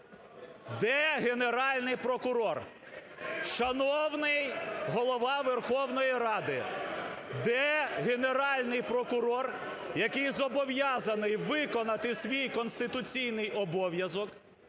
Де Генеральний прокурор? Шановний Голова Верховної Ради, де Генеральний прокурор, який зобов'язаний виконати свій конституційний обов'язок